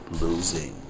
losing